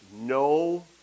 no